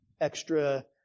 extra